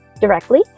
directly